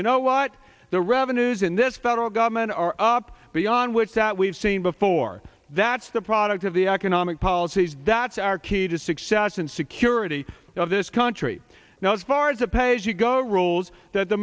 you know what the revenues in this federal government are up beyond which that we've seen before that's the product of the economic policies that's our key to success and security of this country now as far as a pay as you go rules that the